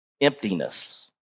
emptiness